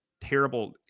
terrible